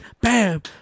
Bam